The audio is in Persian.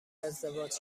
ازدواج